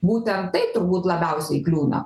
būtent taip turbūt labiausiai kliūna